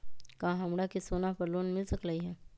का हमरा के सोना पर लोन मिल सकलई ह?